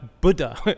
Buddha